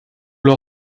leur